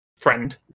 friend